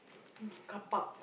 car park